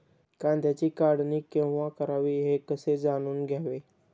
कांद्याची काढणी केव्हा करावी हे कसे जाणून घ्यावे?